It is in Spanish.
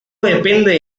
depende